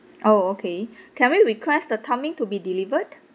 oh okay can we request the timing to be delivered